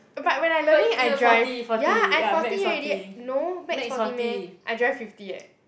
but when I learning I drive ya I forty already no max forty meh I drive fifty eh